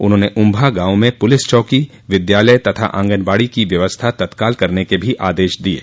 उन्होंने उम्भा गांव में पुलिस चौकी विद्यालय तथा आंगनबाड़ी की व्यवस्था तत्काल करने के भी आदेश दिये